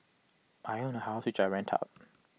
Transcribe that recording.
I own A house which I rent out